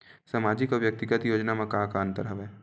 सामाजिक अउ व्यक्तिगत योजना म का का अंतर हवय?